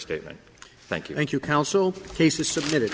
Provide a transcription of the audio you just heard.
statement thank you thank you council cases submitted